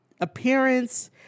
appearance